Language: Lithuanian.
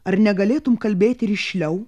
ar negalėtum kalbėti rišliau